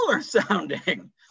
sounding